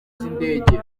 z’indege